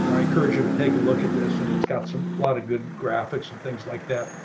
you know i encourage you to take a look at this and it's got some lot of good graphics and things like that,